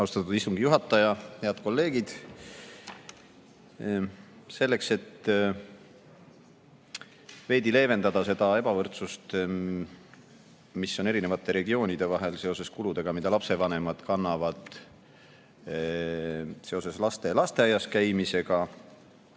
Austatud istungi juhataja! Head kolleegid! Selleks, et veidi leevendada ebavõrdsust, mis on erinevate regioonide vahel kulude tõttu, mida lapsevanemad kannavad seoses laste lasteaias käimisega,